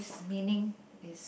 a meaning is